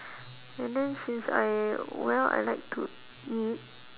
and then since I well I like to eat